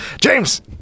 James